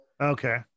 Okay